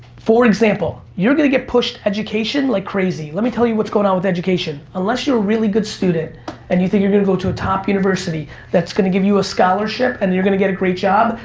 for example, you're gonna get pushed education like crazy. let me tell you what's going on with education, unless you're a really good student and you think you're gonna go to a top university that's gonna give you a scholarship and you're gonna get a great job,